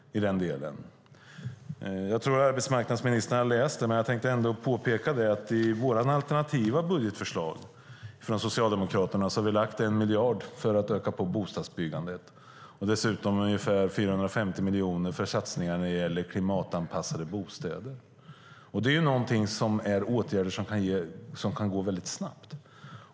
Jag tror att arbetsmarknadsministern har läst det, men jag tänker ändå påpeka att i Socialdemokraternas alternativa budgetförslag har vi lagt 1 miljard för att öka bostadsbyggandet och dessutom ungefär 450 miljoner för satsningar på klimatanpassade bostäder. Det är åtgärder som kan gå mycket snabbt.